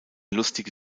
lustige